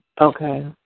Okay